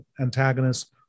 antagonists